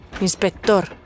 inspector